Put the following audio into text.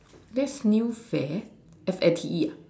that's new fate F A T E ah